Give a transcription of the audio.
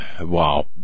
wow